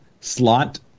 slot